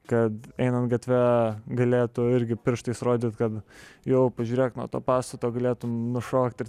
kad einant gatve galėtų irgi pirštais rodyt kad jou pažiūrėk nuo to pastato galėtum nušokt ir